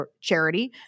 charity